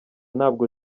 ntabwo